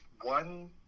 one